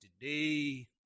today